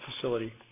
Facility